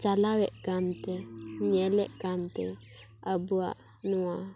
ᱪᱟᱞᱟᱣ ᱮᱫ ᱠᱟᱱ ᱛᱮ ᱧᱮᱞᱮᱫ ᱠᱟᱱ ᱛᱮ ᱟᱵᱚᱣᱟᱜ ᱱᱚᱣᱟ